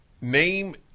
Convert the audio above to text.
Name